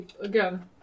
again